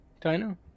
Dino